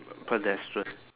pedestrian